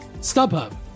StubHub